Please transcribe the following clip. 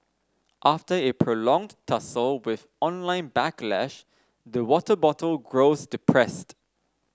after a prolonged tussle with online backlash the water bottle grows depressed